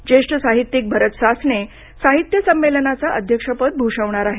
ज्येष्ठ साहित्यिक भारत सासणे साहित्य संमेलनाचे अध्यक्षपद भूषवणार आहेत